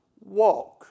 walk